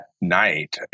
night